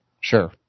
Sure